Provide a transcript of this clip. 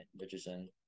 Richardson